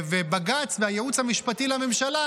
בג"ץ והייעוץ המשפטי לממשלה,